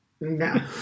No